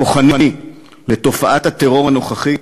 כוחני, לתופעת הטרור הנוכחית